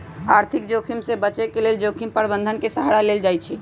आर्थिक जोखिम से बचे के लेल जोखिम प्रबंधन के सहारा लेल जाइ छइ